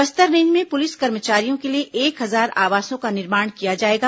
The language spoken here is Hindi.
बस्तर रेंज में पुलिस कर्मचारियों के लिये एक हजार आवासों का निर्माण किया जाएगा